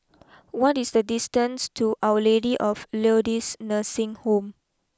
what is the distance to Our Lady of Lourdes Nursing Home